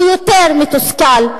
הוא יותר מתוסכל,